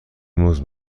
موز